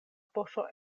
poŝo